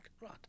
right